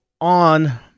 on